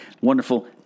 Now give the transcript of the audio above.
wonderful